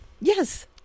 Yes